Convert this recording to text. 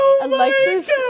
Alexis